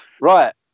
Right